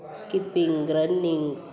skipping running